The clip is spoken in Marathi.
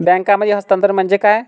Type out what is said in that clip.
बँकांमधील हस्तांतरण म्हणजे काय?